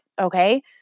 okay